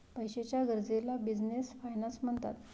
पैशाच्या गरजेला business finance म्हणतात